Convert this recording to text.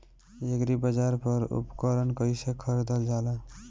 एग्रीबाजार पर उपकरण कइसे खरीदल जाला?